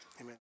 Amen